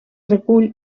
recull